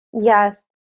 Yes